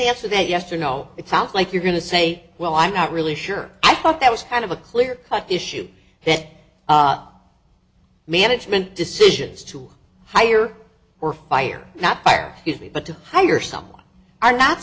answer that yes or no it sounds like you're going to say well i'm not really sure i thought that was kind of a clear cut issue hit management decisions to hire or fire not are usually but to hire someone are not